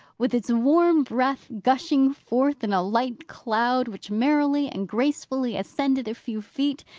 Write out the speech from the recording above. with its warm breath gushing forth in a light cloud which merrily and gracefully ascended a few feet,